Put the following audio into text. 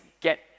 get